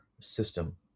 system